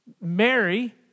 Mary